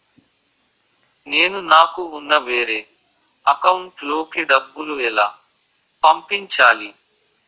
నేను నాకు ఉన్న వేరే అకౌంట్ లో కి డబ్బులు ఎలా పంపించాలి?